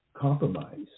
compromised